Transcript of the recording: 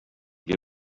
get